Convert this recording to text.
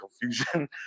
confusion